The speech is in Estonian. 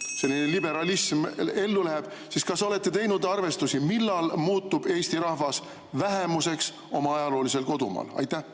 selline liberalism ellu läheb, siis kas olete teinud arvestusi, millal muutub Eesti rahvas vähemuseks oma ajaloolisel kodumaal? No